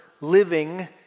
living